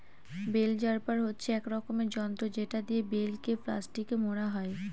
bell wrapper হচ্ছে এক রকমের যন্ত্র যেটা দিয়ে বেল কে প্লাস্টিকে মোড়া হয়